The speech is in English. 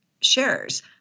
shares